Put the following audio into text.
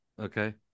okay